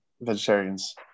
vegetarians